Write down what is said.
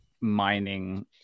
mining